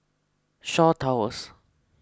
Shaw Towers